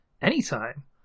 anytime